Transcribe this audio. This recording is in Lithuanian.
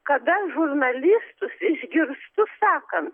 kada žurnalistus išgirstu sakant